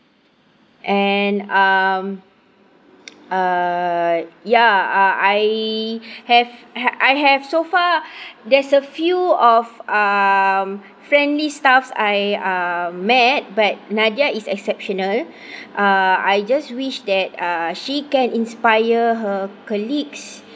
and um uh ya I I have I I have so far there is a few of um friendly staffs I um met but nadia is exceptional uh I just wish that uh she can inspire her colleagues